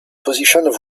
position